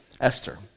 esther